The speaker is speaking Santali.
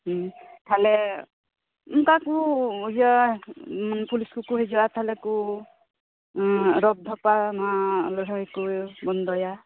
ᱦᱮᱸ ᱛᱟᱞᱦᱮ ᱚᱝᱠᱟ ᱠᱚᱤᱭᱟᱹ ᱢᱟᱱᱮ ᱯᱩᱞᱤᱥ ᱠᱚᱠᱚ ᱦᱤᱡᱩᱜᱼᱟ ᱛᱟᱞᱦᱮ ᱠᱚ ᱨᱟᱯᱷᱥᱟᱯᱷᱟ ᱢᱟ ᱞᱟᱹᱲᱦᱟᱹᱭ ᱠᱚ ᱵᱚᱱᱫᱚᱭᱟ